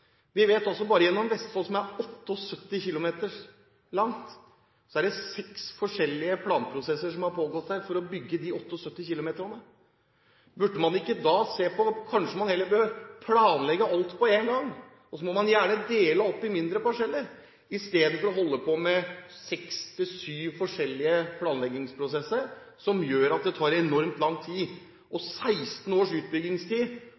Vi vet at bare gjennom Vestfold, som er 78 km langt, er det seks forskjellige planprosesser som har pågått for å bygge 78 km. Kanskje man heller bør planlegge alt på én gang, og så må man gjerne dele opp i mindre parseller, i stedet for å holde på med seks–syv forskjellige planleggingsprosesser som gjør at det tar enormt lang tid. 16 års utbyggingstid